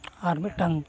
ᱟᱨ ᱢᱤᱫᱴᱟᱝ